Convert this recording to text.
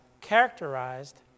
characterized